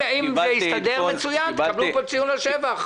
אם זה יסתדר מצוין, תקבלו פה ציון לשבח.